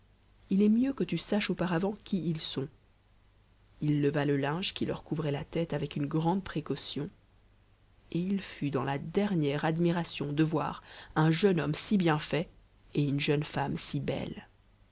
it est mieux que tu saches auparavant qui ils sont h leva le linge qui leur couvrait la tête avec une grande précaution et il fut dans la dernière admiration de un jeune homme si bien fait et une jeune femme si belle